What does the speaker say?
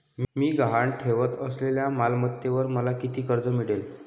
मी गहाण ठेवत असलेल्या मालमत्तेवर मला किती कर्ज मिळेल?